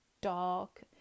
dark